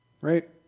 right